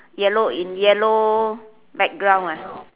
yellow in yellow background ah